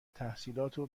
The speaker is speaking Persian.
تحصیلاتو